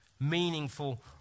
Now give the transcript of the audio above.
Meaningful